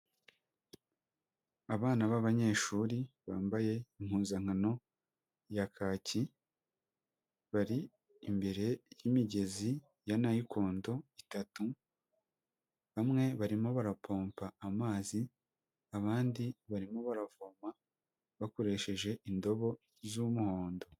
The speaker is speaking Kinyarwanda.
Abana b'abanyeshuri, bambaye impuzankano ya kaki, bari imbere y'imigezi ya Nayikondo itatu, bamwe barimo barapompa amazi, abandi barimo baravoma, bakoresheje indobo z'umuhondo.